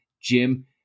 jim